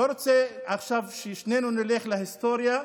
אני לא רוצה עכשיו ששנינו נלך להיסטוריה,